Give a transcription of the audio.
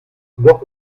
noch